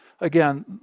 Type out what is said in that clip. Again